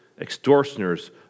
extortioners